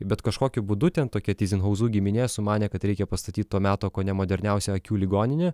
bet kažkokiu būdu ten tokia tyzenhauzų giminė sumanė kad reikia pastatyt to meto kone moderniausią akių ligoninę